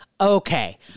Okay